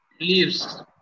Leaves